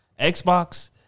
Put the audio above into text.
Xbox